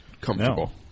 comfortable